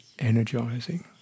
energizing